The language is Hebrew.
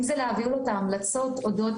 אם זה להעביר את אותם המלצות לבירור